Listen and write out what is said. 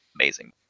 amazing